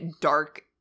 dark